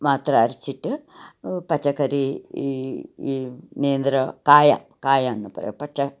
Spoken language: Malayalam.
മാത്രം അരച്ചിട്ട് പച്ചക്കറി ഈ നേന്ത്രക്കായ കായ പച്ച